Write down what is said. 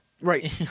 Right